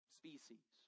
species